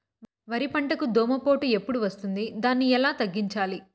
వరి పంటకు దోమపోటు ఎప్పుడు వస్తుంది దాన్ని ఎట్లా తగ్గించాలి?